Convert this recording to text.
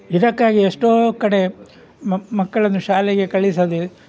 ಇದಕ್ಕಾಗಿ ಎಷ್ಟೋ ಕಡೆ ಮಕ್ಕಳನ್ನು ಶಾಲೆಗೆ ಕಳಿಸದೆ